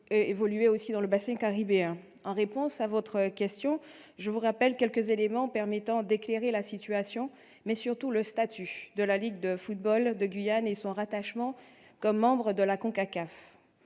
et évolué dans le bassin caribéen. Permettez-moi de rappeler quelques éléments permettant d'éclairer la situation, mais surtout le statut de la ligue de football de Guyane et son rattachement comme membre de la CONCACAF.